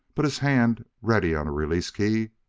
but his hand, ready on a release key,